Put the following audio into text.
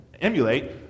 emulate